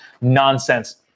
nonsense